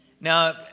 Now